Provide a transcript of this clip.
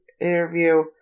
interview